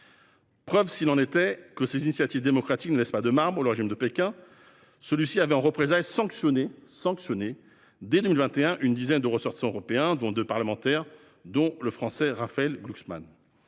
Preuve, s'il en fallait, que ces initiatives démocratiques ne laissent pas de marbre le régime de Pékin, celui-ci avait, en représailles, sanctionné une dizaine de ressortissants européens, dont des parlementaires, comme Raphaël Glucksmann.